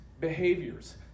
behaviors